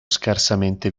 scarsamente